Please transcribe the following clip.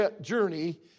journey